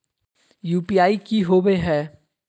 UPI की होवे है?